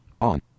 On